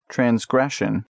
Transgression